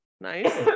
Nice